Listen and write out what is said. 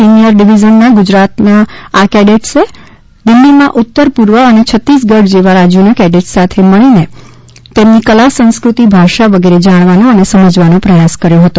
senior ડીવીઝનના ગુજરાતના આ કેડેસએ દિલ્હીમાં ઉતર પૂર્વ અને છતીસગઢ જેવા રાજયોના કેડેટસ સાથે રહીને તેમની કલા સંસ્કૃતિ ભાષા વગેરે જાણવાનો અને સમજવાનો પ્રયાસ કર્યો હતો